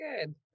good